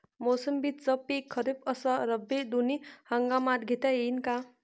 सोयाबीनचं पिक खरीप अस रब्बी दोनी हंगामात घेता येईन का?